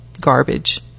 garbage